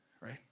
Right